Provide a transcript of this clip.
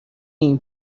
این